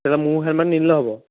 তেতিয়াহ'লে মোৰ হেলমেট নিনিলেও হ'ব